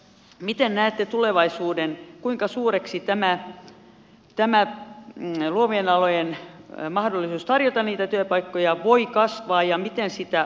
miten näette tulevaisuuden kuinka suureksi tämä luovien alojen mahdollisuus tarjota työpaikkoja voi kasvaa ja miten sitä autettaisiin